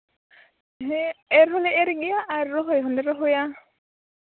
ᱦᱮᱸ ᱮᱨ ᱦᱚᱸᱞᱮ ᱮᱨ ᱜᱮᱭᱟ ᱟᱨ ᱨᱚᱦᱚᱭ ᱦᱚᱸᱞᱮ ᱨᱚᱦᱚᱭᱟ